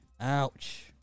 ouch